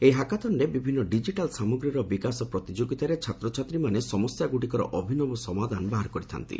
ଏହି ହାକାଥନ୍ରେ ବିଭିନ୍ନ ଡିଜିଟାଲ୍ ସାମଗ୍ରୀର ବିକାଶ ପ୍ରତିଯୋଗିତାରେ ଛାତ୍ରଛାତ୍ରୀମାନେ ସମସ୍ୟାଗୁଡ଼ିକର ଅଭିନବ ସମାଧାନ ବାହାର କରିଥା'ନ୍ତି